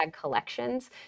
collections